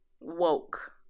Woke